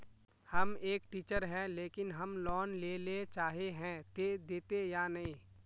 हम एक टीचर है लेकिन हम लोन लेले चाहे है ते देते या नय?